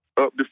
up